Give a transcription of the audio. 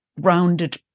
grounded